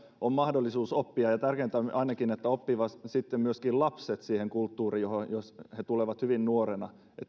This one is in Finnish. on mahdollisuus oppia ja tärkeintä on ainakin että myöskin lapset oppivat siihen kulttuuriin johon he tulevat hyvin nuorina